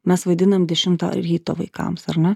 mes vaidinam dešimtą ryto vaikams ar ne